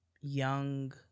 young